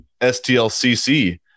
STLCC